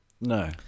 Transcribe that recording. No